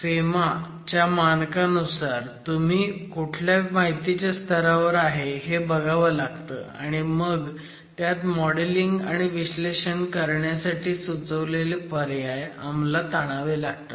FEMA च्या मानकानुसार तुम्ही कुठल्या माहितीच्या स्तरावर आहे हे बघावं लागतं आणि मग त्यात मॉडेल िंग आणि बिश्लेषण करण्यासाठी सुचवलेले पर्याय अमलात आणावे लागतात